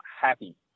happy